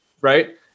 Right